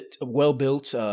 well-built